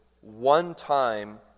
one-time